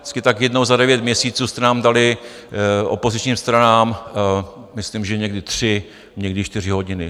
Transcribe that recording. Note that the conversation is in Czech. Vždycky tak jednou za devět měsíců jste nám dali, opozičním stranám, myslím, že někdy tři, někdy čtyři hodiny.